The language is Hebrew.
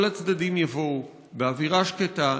כל הצדדים יבואו באווירה שקטה,